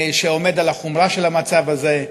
שעומד על החומרה של המצב הזה,